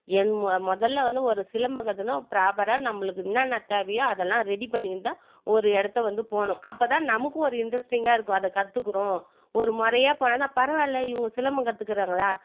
என் மொ முதல்ல வந்து ஒரு சிலம்பம் கற்றுக்குனா ப்ராப்பராக நம்மளுக்கு என்னெனான்னா தேவையோ அதெல்லாம் ரெடி பண்ணிக்கின்னு தான் ஒரு இடத்த வந்து போகணும் அப்போ தான் நமக்கும் ஒரு இன்ட்ரஸ்டிங்காக இருக்கும் அதை கற்றுக்குறோம் ஒரு முறையா பண்ணால் தான் பரவாயில்லை இவங்க சிலம்பம் கற்றுக்குறாங்களா